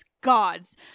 gods